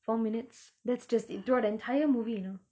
four minutes that's just it throughout the entire movie you know